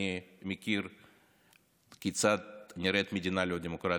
אני יודע כיצד נראית מדינה לא דמוקרטית,